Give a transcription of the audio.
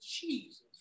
Jesus